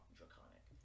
Draconic